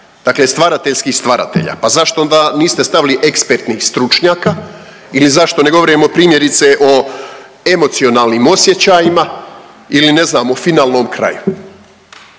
Dakle stvarateljskih stvaratelja. Pa zašto onda niste stavili ekspertnih stručnjaka ili zašto ne govorimo, primjerice o emocionalnim osjećajima ili ne znam u finalnom kraju.